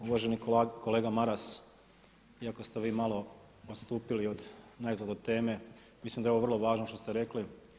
Uvaženi kolega Maras, iako ste vi malo odstupili od teme mislim da je ovo vrlo važno što ste rekli.